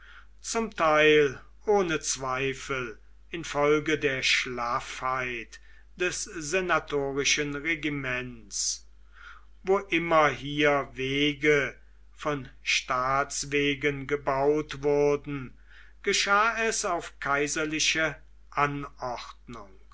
zum teil ohne zweifel in folge der schlaffheit des senatorischen regiments wo immer hier wege von staatswegen gebaut wurden geschah es auf kaiserliche anordnung